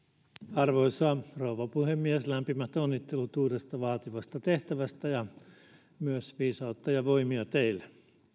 arvoisa rouva puhemies lämpimät onnittelut uudesta vaativasta tehtävästä ja myös viisautta ja voimia teille